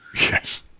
Yes